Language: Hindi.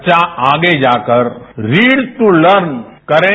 बच्चा आगे जाकर रीड टू लर्न करें